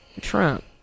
Trump